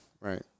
right